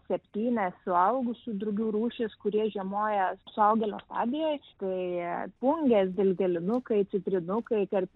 septynias suaugusių drugių rūšis kurie žiemoja suaugėlio stadijoj tai plungės dilgėlinukai citrinukai tarp